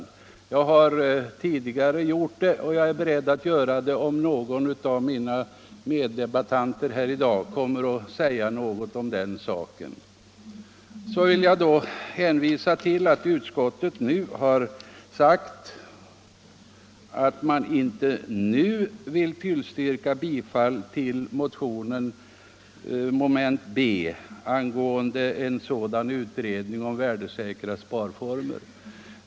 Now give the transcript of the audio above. Det har jag gjort tidigare, och jag är som sagt beredd att göra det nu också, om någon av mina meddebattörer i dag kommer att säga något om den saken. Sedan vill jag också hänvisa till att utskottsmajoriteten har skrivit att utskottet inte nu vill tillstyrka bifall till motionens mom. b om en utredning rörande värdesäkra sparformer.